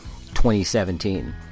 2017